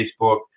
Facebook